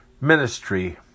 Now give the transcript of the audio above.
ministry